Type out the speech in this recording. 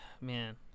Man